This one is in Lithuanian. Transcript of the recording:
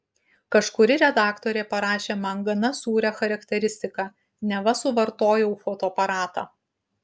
kažkuri redaktorė parašė man gana sūrią charakteristiką neva suvartojau fotoaparatą